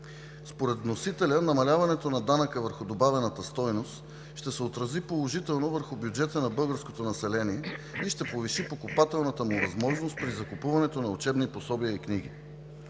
Според вносителя намаляването на данъка върху добавената стойност ще се отрази положително върху бюджета на българското население и ще повиши покупателната му възможност при закупуването на учебни пособия и книги.